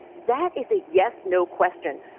that is a yes, no question.